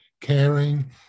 caring